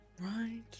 Right